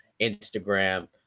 Instagram